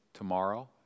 Tomorrow